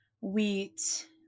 wheat